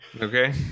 Okay